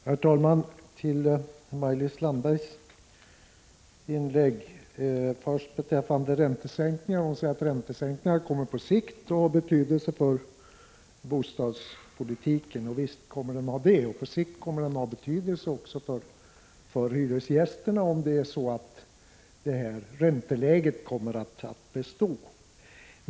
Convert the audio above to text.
Herr talman! Jag vänder mig till Maj-Lis Landberg och vill bemöta hennes inlägg, först beträffande räntesänkningen. Maj-Lis Landberg säger att räntesänkningen på sikt kommer att ha betydelse för bostadspolitiken. Ja, visst kommer den att ha det. På sikt kommer den också att ha betydelse för hyresgästerna, om det är så att ränteläget kommer att bestå.